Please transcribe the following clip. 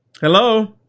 Hello